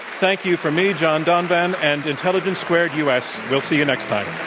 thank you from me, john donvan and intelligence squared u. s. we'll see you next time.